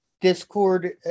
Discord